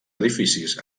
edificis